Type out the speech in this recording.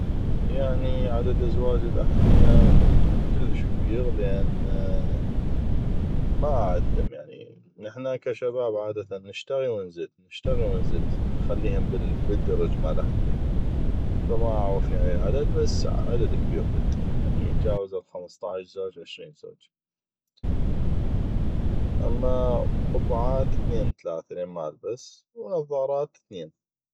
يعني عدد ازواج الاحذية كلش كبيغ لان ما اعدم يعني نحنا ك شباب عاده نشتغي ونزت نشتغي ونزت نخليهم بالدرج مال احذيه ف ما اعغف العدد بس عدد كبيغ كلش يتجاوز ال خمسطعش عشرين زوج اما قبعات ثنين تلاثة لان ما البس ونظارات ثنين